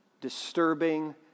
disturbing